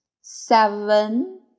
seven